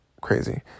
crazy